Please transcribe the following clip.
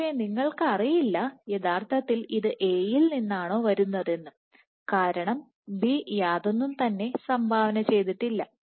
പക്ഷേ യഥാർത്ഥത്തിൽ ഇത് A യിൽ വരുന്നതെന്ന് നിങ്ങൾക്ക് അറിയില്ല കാരണംB യാതൊന്നും തന്നെ സംഭാവന ചെയ്തിട്ടില്ല